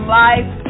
life